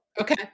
Okay